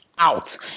out